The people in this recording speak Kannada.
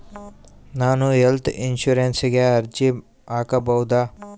ನಾನು ಹೆಲ್ತ್ ಇನ್ಶೂರೆನ್ಸಿಗೆ ಅರ್ಜಿ ಹಾಕಬಹುದಾ?